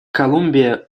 колумбия